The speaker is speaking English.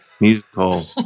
musical